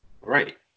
right